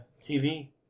TV